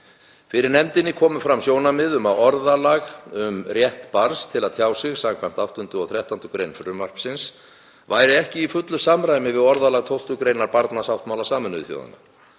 Fyrir nefndinni komu fram sjónarmið um að orðalag um rétt barns til að tjá sig skv. 8. og 13. gr. frumvarpsins væri ekki að fullu í samræmi við orðalag 12. gr. barnasáttmála Sameinuðu þjóðanna.